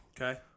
Okay